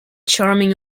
charming